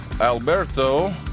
Alberto